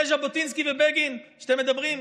זה ז'בוטינסקי ובגין שאתם מדברים עליהם?